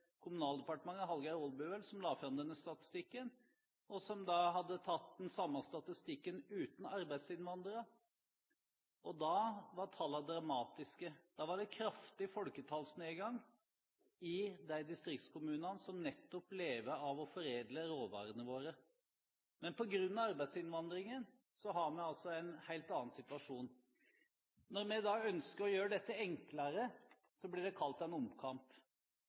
Kommunaldepartementet, Hallgeir Aalbu, som la fram denne statistikken, og som hadde tatt for seg den samme statistikken uten arbeidsinnvandrere. Da var tallene dramatiske, da var det kraftig folketallsnedgang i de distriktskommunene som nettopp lever av å foredle råvarene våre. Men på grunn av arbeidsinnvandringen har vi altså en helt annen situasjon. Når vi ønsker å gjøre dette enklere, blir det kalt en omkamp.